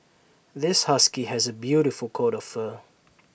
this husky has A beautiful coat of fur